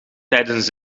tijdens